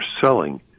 selling